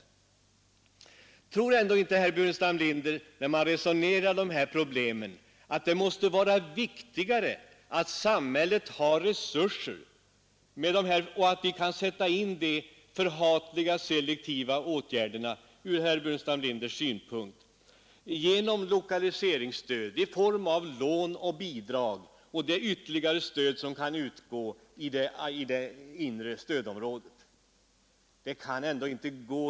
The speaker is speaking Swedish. Tror inte herr Burenstam Linder att det måste vara en bättre väg, att samhället har resurser och kan sätta in de ur herr Burenstam Linders synpunkt nästan förhatliga selektiva åtgärderna — genom lokaliseringsstöd i form av lån och bidrag och det ytterligare stöd som kan utgå i det inre stödområdet — än att arbetsgivaravgiften inte höjs?